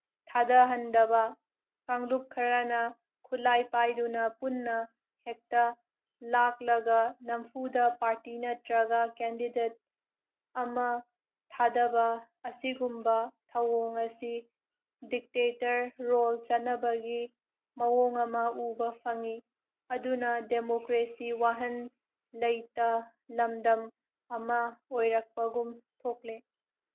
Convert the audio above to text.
ꯊꯥꯊꯍꯟꯗꯕ ꯀꯥꯡꯂꯨꯞ ꯈꯔꯅ ꯈꯨꯠꯂꯥꯏ ꯄꯥꯏꯗꯨꯅ ꯄꯨꯟꯅ ꯍꯦꯛꯇ ꯂꯥꯛꯂꯒ ꯅꯝꯐꯨꯗ ꯄꯥꯔꯇꯤ ꯅꯠꯇ꯭ꯔꯒ ꯀꯦꯟꯗꯤꯗꯦꯠ ꯑꯃ ꯊꯥꯊꯕ ꯑꯁꯤꯒꯨꯝꯕ ꯊꯧꯑꯣꯡ ꯑꯁꯤ ꯗꯤꯛꯇꯦꯇꯔ ꯔꯣꯜ ꯆꯠꯅꯕꯒꯤ ꯃꯑꯣꯡ ꯑꯃ ꯎꯕ ꯐꯪꯉꯤ ꯑꯗꯨꯅ ꯗꯦꯃꯣꯀ꯭ꯔꯦꯁꯤ ꯋꯥꯍꯟ ꯂꯩꯇ ꯂꯝꯗꯝ ꯑꯃ ꯑꯣꯏꯔꯛꯄꯒꯨꯝ ꯊꯣꯛꯂꯦ